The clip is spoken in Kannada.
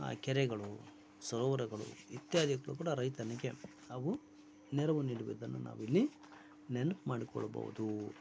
ಆ ಕೆರೆಗಳು ಸರೋವರಗಳು ಇತ್ಯಾದಿಗಳು ಕೂಡ ರೈತನಿಗೆ ನಾವು ನೆರವು ನೀಡುವುದನ್ನು ನಾವಿಲ್ಲಿ ನೆನ್ಪು ಮಾಡಿಕೊಳ್ಬೋದು